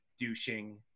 douching